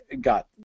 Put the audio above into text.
got